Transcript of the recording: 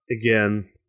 again